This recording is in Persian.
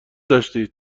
داشتید